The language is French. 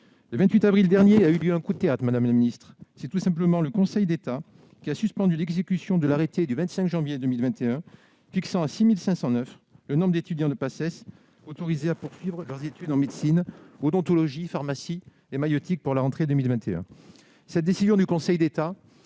Le 28 avril dernier a eu lieu un coup de théâtre : le Conseil d'État a suspendu l'exécution de l'arrêté du 25 janvier 2021 fixant à 6 509 le nombre d'étudiants de Paces autorisés à poursuivre leurs études en médecines, odontologie, pharmacie et maïeutique pour la rentrée 2021. Cette décision du Conseil d'État